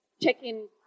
check-in